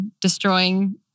destroying